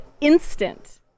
instant